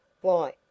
Why